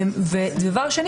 שנית,